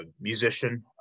musician